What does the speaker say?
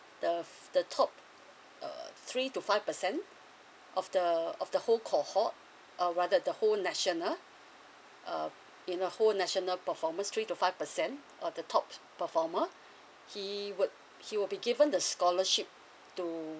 the the top uh three to five percent of the of the whole cohort uh whether the whole national uh in the whole national performers three to five percent or the top performer he would he would be given the scholarship to